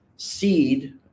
seed